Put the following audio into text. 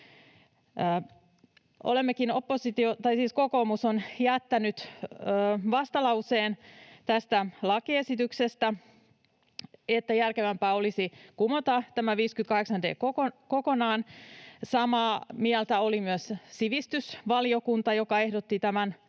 Kokoomus on jättänyt vastalauseen tästä lakiesityksestä, että järkevämpää olisi kumota tämä 58 d kokonaan. Samaa mieltä oli myös sivistysvaliokunta, joka ehdotti